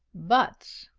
but,